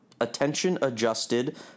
attention-adjusted